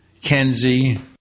Kenzie